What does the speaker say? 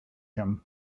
him